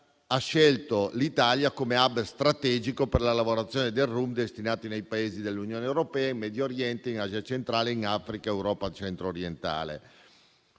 ha scelto l'Italia come *hub* strategico per la lavorazione del rum destinato ai Paesi dell'Unione europea, al Medio Oriente, all'Asia centrale, all'Africa e all'Europa centro-orientale.